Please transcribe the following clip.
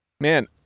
Man